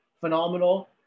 phenomenal